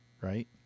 right